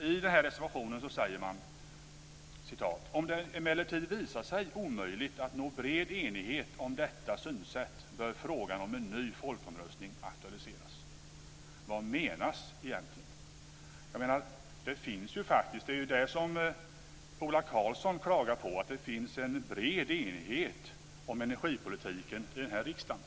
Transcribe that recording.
I reservationen säger man: "Om det emellertid visar sig omöjligt att nå bred enighet om detta synsätt bör frågan om en ny folkomröstning aktualiseras." Vad menas egentligen? Det finns ju faktiskt - och det är ju det som Ola Karlsson klagar på - en bred enighet om energipolitiken i den här riksdagen.